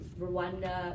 Rwanda